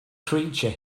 creature